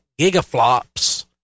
gigaflops